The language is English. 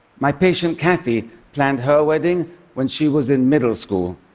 my patient kathy planned her wedding when she was in middle school.